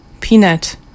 Peanut